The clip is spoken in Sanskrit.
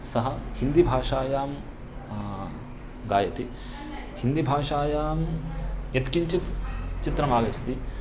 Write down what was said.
सः हिन्दीभाषायां गायति हिन्दीभाषायां यत्किञ्चित् चित्रमागच्छति